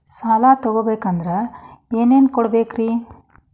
ಸಾಲ ತೊಗೋಬೇಕಂದ್ರ ಏನೇನ್ ಕೊಡಬೇಕ್ರಿ?